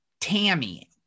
Tammy